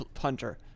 hunter